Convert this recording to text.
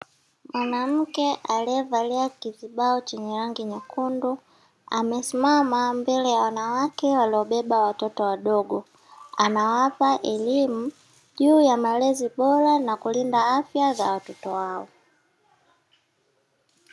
Mwanamke aliyevalia kizibao chenye rangi nyekundu, amesimama mbele ya wanawake waliobeba watoto wadogo, anawapa elimu juu ya malezi bora na kulinda afya za watoto wao.